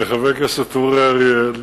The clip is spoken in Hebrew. וחבר הכנסת אורי אריאל,